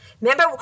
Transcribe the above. remember